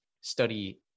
study